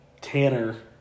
tanner